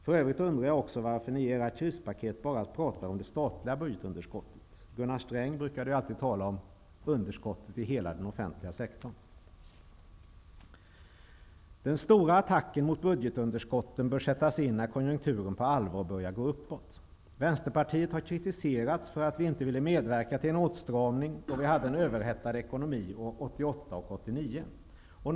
För övrigt undrar jag också varför ni i era krispaket bara talar om det statliga budgetunderskottet. Gunnar Sträng brukade alltid tala om underskottet i hela den offentliga sektorn. Den stora attacken mot budgetunderskotten bör sättas in när konjunkturen på allvar börjar gå uppåt. Vänsterpartiet har kritiserats för att vi inte ville medverka till en åtstramning då Sverige hade en överhettad ekonomi 1988 och 1989.